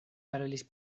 parolis